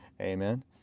amen